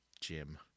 Jim